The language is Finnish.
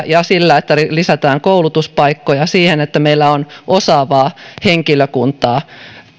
ja sillä että lisätään koulutuspaikkoja pyritään vastaamaan siihen että meillä on osaavaa henkilökuntaa